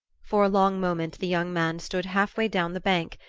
for a long moment the young man stood half way down the bank,